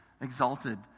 exalted